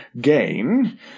gain